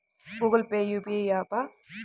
Google Pay UPI య్యాపా?